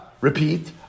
repeat